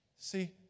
See